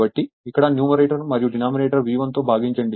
కాబట్టి ఇక్కడ న్యూమరేటర్ మరియు డినామినేటర్ను V1 తో భాగించండి